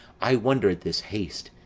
i wonder at this haste,